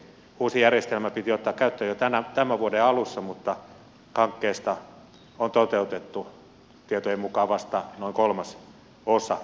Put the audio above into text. uusi järjestelmä piti ottaa käyttöön jo tämän vuoden alussa mutta hankkeesta on toteutettu tietojen mukaan vasta noin kolmasosa